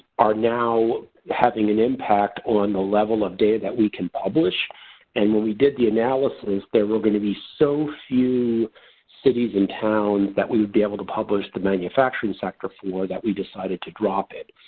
are now having an impact on the level of data that we can publish and when we did the analysis there were going to be so few cities and towns that we would be able to publish the manufacturing factor for that we decided to drop it.